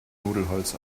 nudelholz